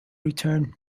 return